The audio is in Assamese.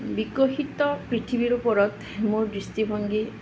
বিকশিত পৃথিৱীৰ ওপৰত মোৰ দৃষ্টিভংগী